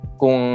kung